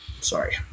Sorry